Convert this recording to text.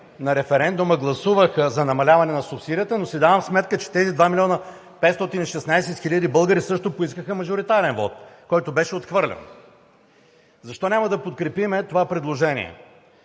на референдума гласуваха за намаляване на субсидията, но си давам сметка, че тези 2 милиона 516 хиляди българи също поискаха мажоритарен вот, който беше отхвърлен. Защо няма да подкрепим това предложение?